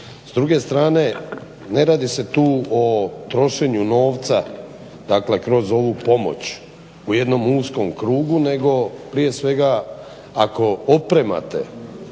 S druge strane ne radi se tu u trošenju novca dakle kroz ovu pomoć u jednom uskom krugu, nego prije svega ako opremate